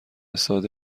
ساده